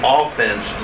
offense